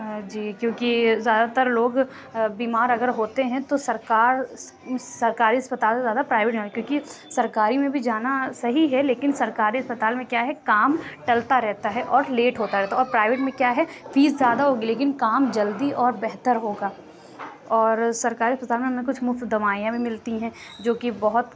جی کیوں کہ زیادہ تر لوگ بیمار اگر ہوتے ہیں تو سرکار سرکاری اسپتال سے زیادہ پرائیوٹ میں جاتے کیوں کہ سرکاری میں بھی جانا صحیح ہے لیکن سرکاری اسپتال میں کیا ہے کام ٹلتا رہتا ہے اور لیٹ ہوتا رہتا ہے اور پرائیوٹ میں کیا ہے فیس زیادہ ہوگی لیکن کام جلدی اور بہتر ہوگا اور سرکاری اسپتال میں ہمیں کچھ مفت دوائیاں بھی ملتی ہیں جو کہ بہت